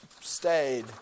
stayed